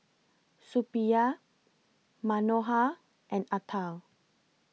Suppiah Manohar and Atal